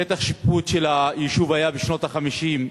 שטח השיפוט של היישוב היה בשנות ה-50,